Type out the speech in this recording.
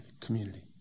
community